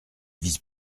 vise